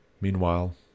meanwhile